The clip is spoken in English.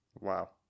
Wow